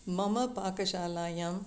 मम पाकशालायाम्